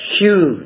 huge